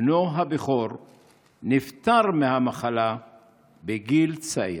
בנו הבכור נפטר מהמחלה בגיל צעיר.